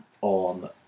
on